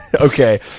okay